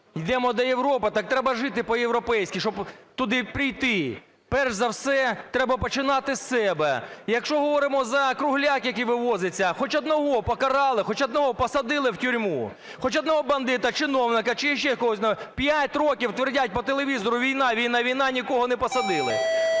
Йдемо до Європи, так треба жити по-європейськи, щоб туди прийти. Перш за все треба починати з себе. Якщо говоримо за кругляк, який вивозиться, хоч одного покарали, хоч одного посадили в тюрму? Хоч одного бандита, чиновника чи ще когось? П'ять років твердять по телевізору: "Війна, війна, війна", - нікого не посадили.